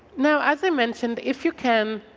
now, as i mentioned, if you can,